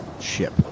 ship